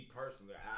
personally